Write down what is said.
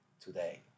today